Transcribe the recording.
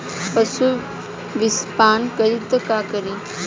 पशु विषपान करी त का करी?